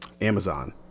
Amazon